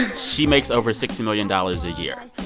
she makes over sixty million dollars a year.